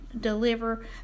deliver